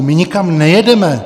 My nikam nejedeme.